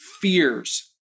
fears